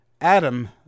Adam